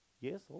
Yes